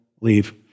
leave